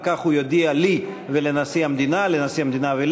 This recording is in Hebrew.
על כך הוא יודיע לנשיא המדינה ולי,